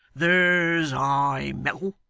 there's high mettle!